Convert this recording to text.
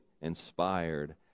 inspired